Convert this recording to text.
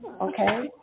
Okay